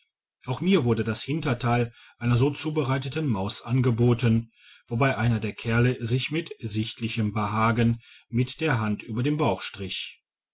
auch mir wurde das hinterteil einer so zubereiteten maus angeboten wobei einer der kerle sich mit sichtlichem behagen mit der hand über den bauch strich